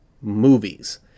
movies